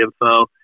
info